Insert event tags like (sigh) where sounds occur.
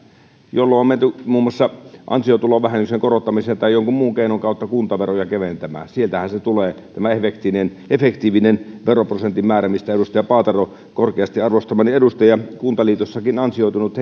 niin on menty muun muassa ansiotulovähennyksen korottamisen tai jonkun muun keinon kautta kuntaveroja keventämään sieltähän se tulee tämä efektiivinen veroprosentin määrä mistä puhui edustaja paatero korkeasti arvostamani edustaja kuntaliitossakin ansioitunut (unintelligible)